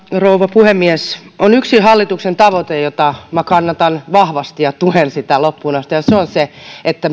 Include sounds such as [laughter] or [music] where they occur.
rouva puhemies on yksi hallituksen tavoite jota kannatan vahvasti ja jota tuen loppuun asti ja se on se että [unintelligible]